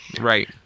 Right